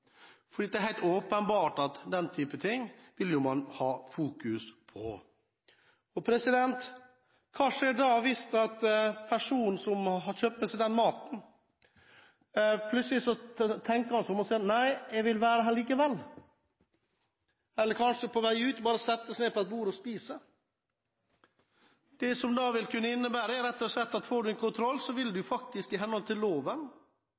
Det er helt åpenbart at den type ting vil man jo ha fokus på. Hva skjer da hvis den personen som har kjøpt med seg maten, plutselig tenker seg om og sier: Nei, jeg vil være her likevel, eller kanskje på vei ut bare setter seg ned ved et bord og spiser? Det dette da vil kunne innebære, er rett og slett at om man får en kontroll, vil den restauranten faktisk i henhold til loven